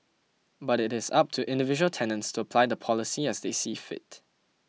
but it is up to individual tenants to apply the policy as they see fit